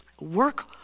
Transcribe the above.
Work